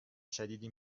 شدیدی